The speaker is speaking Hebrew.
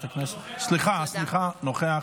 סליחה, סליחה, נוכח.